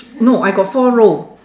no I got four row